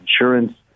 insurance